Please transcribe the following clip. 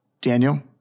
Daniel